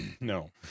no